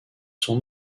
son